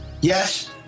Yes